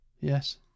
Yes